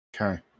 okay